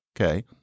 okay